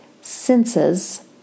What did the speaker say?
senses